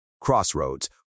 crossroads